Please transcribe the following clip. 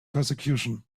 persecution